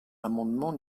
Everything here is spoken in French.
l’amendement